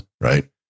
Right